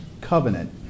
covenant